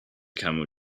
camel